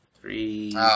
three